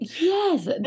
yes